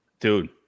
dude